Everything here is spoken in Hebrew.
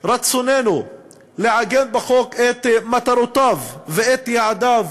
רצוננו לעגן בחוק את מטרותיו ואת יעדיו